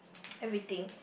everything